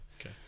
okay